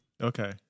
Okay